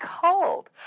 cold